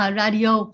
radio